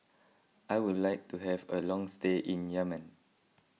I would like to have a long stay in Yemen